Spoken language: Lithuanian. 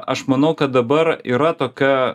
aš manau kad dabar yra tokia